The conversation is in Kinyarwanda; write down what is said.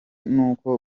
n’uko